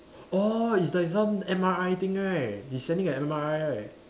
orh it's like some M_R_I thing right he sending a M_R_I right